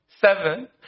Seven